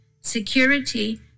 security